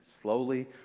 slowly